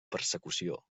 persecució